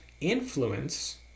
influence